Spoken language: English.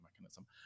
mechanism